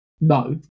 No